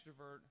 extrovert